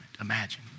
Imagine